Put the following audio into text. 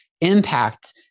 impact